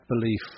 belief